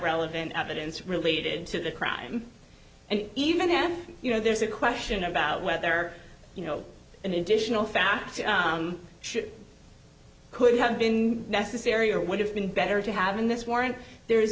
relevant evidence related to the crime and even then you know there's a question about whether you know an additional fact should could have been necessary or would have been better to have in this war and there